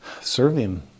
serving